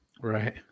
Right